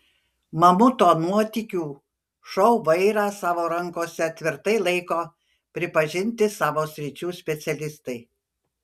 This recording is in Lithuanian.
mamuto nuotykių šou vairą savo rankose tvirtai laiko pripažinti savo sričių specialistai